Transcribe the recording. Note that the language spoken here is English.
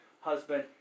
husband